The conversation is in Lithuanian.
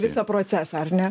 visą procesą ar ne